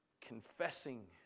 confessing